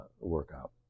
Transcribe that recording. workout